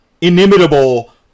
inimitable